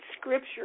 scripture